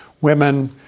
Women